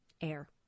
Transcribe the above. Air